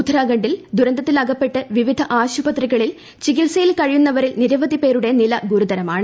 ഉത്തരാഖണ്ഡിൽ ദുരന്തത്തിലകപ്പെട്ട് വിവിധ ആശുപത്രികളിൽ ചികിത്സയിൽ കഴിയുന്നവരിൽ നിരവധി പേരുടെ നില ഗുരുതരമാണ്